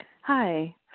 Hi